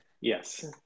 Yes